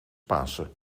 pasen